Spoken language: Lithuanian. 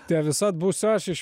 te visad būsiu aš iš